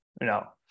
no